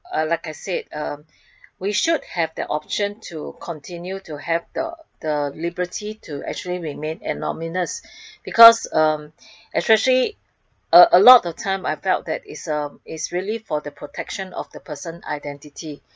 uh like I said um we should have the option to continue to have the the liberty to actually remain anonymous because um especially uh a lot of time I felt that is uh is really for the protection of the person identity